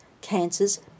cancers